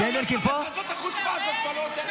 מה זאת החוצפה הזאת?